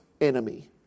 enemy